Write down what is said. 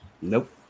Nope